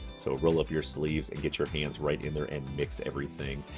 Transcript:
so roll up your sleeves and get your hands right in there and mix everything.